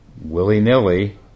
willy-nilly